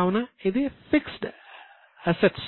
కావున ఇది fixed assets